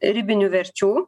ribinių verčių